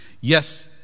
Yes